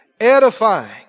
edifying